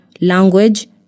language